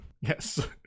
Yes